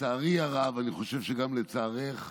לצערי הרב, אני חושב שגם לצערך,